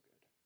good